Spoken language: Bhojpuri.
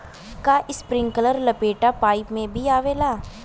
का इस्प्रिंकलर लपेटा पाइप में भी आवेला?